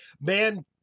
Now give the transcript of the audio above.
man